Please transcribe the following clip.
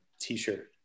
t-shirt